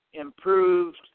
improved